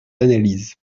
d’analyse